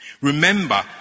Remember